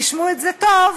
תשמעו את זה טוב: